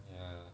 ya